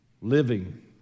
living